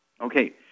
Okay